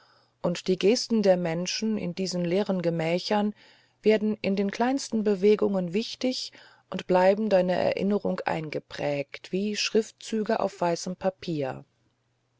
und die gesten der menschen in diesen leeren gemächern werden in den kleinsten bewegungen wichtig und bleiben deiner erinnerung eingeprägt wie die schriftzüge auf weißem papier